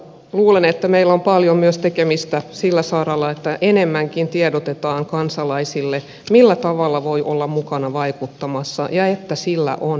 luulen että meillä on paljon tekemistä myös sillä saralla että enemmänkin tiedotetaan kansalaisille millä tavalla voi olla mukana vaikuttamassa ja että sillä on väliä